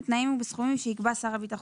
בתנאים ובסכומים שיקבע שר הביטחון.